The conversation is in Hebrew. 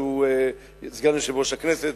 ולסגן יושב-ראש הכנסת,